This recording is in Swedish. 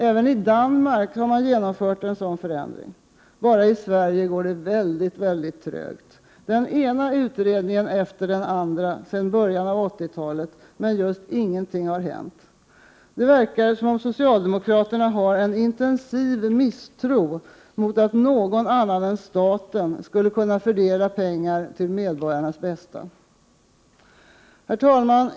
Även i Danmark har en sådan förändring genomförts. Det är bara i Sverige som det går mycket trögt. Den ena utredningen efter den andra har tillsatts sedan början av 80-talet, men just ingenting har hänt. Det verkar som om socialdemokraterna har en intensiv misstro mot att någon annan än staten skulle kunna fördela pengar till medborgarnas bästa. Herr talman!